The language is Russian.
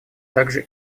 также